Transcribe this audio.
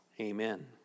Amen